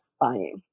buying